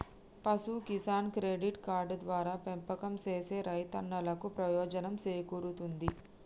పశు Kisan credit card ద్వారా పెంపకం సేసే రైతన్నలకు ప్రయోజనం సేకూరుతుంది